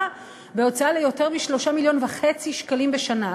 בהוצאה ליותר מ-3.5 מיליון שקלים בשנה.